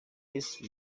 yesu